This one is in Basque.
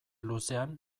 luzean